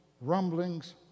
rumblings